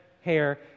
hair